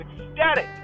ecstatic